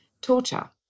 torture